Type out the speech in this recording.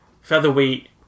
featherweight